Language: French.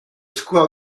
square